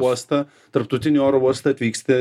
uostą tarptautinį oro uostą atvyksti